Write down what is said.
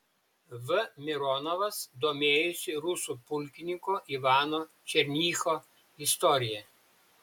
v mironovas domėjosi rusų pulkininko ivano černycho istorija